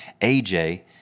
AJ